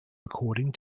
recording